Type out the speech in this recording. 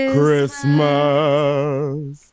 Christmas